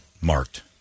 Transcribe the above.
marked